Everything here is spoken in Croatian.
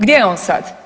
Gdje je on sad?